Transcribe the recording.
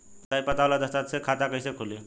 स्थायी पता वाला दस्तावेज़ से खाता कैसे खुली?